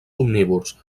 omnívors